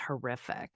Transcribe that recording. horrific